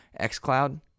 xCloud